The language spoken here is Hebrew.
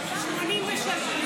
חבריי חברי הכנסת,